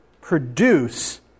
produce